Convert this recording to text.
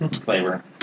flavor